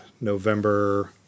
November